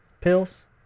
pills